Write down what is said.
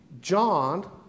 John